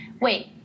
wait